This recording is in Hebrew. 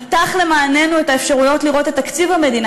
פתח למעננו את האפשרויות לראות את תקציב המדינה,